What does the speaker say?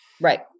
Right